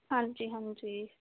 ਹਾਂਜੀ ਹਾਂਜੀ